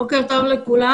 בוקר טוב לכולם,